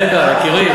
רגע, יקירי.